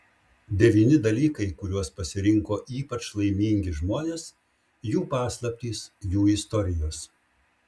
devyni dalykai kuriuos pasirinko ypač laimingi žmonės jų paslaptys jų istorijos